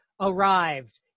arrived